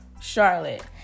Charlotte